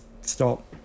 stop